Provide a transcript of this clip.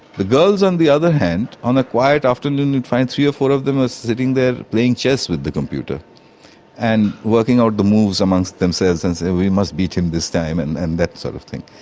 the girls, on the other hand, on a quiet afternoon you'll and find three or four of them ah sitting there playing chess with the computer and working out the moves amongst themselves and saying, we must beat him this time and and that sort of thing.